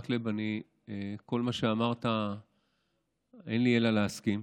על כל מה שאמרת אין לי אלא להסכים.